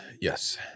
Yes